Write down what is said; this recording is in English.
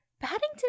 Paddington